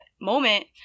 moment